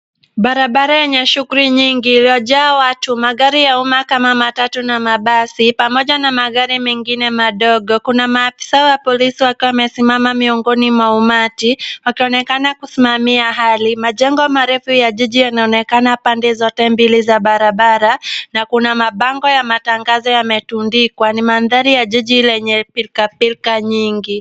Barabara yenye shughuli nyingi iliyojaa watu, magari ya umma kama matatu na mabasi, pamoja na magari mengine madogo. Kuna maafisa wa polisi wakiwa wamesimama miongoni mwa umati, wakionekana kusimamia hali. Majengo marefu ya jiji yanaonekana pande zote mbili za barabara na kuna mabango ya matangazo yametundikwa. Ni mandhari ya jiji lenye pilkapilka nyingi.